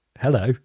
hello